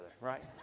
right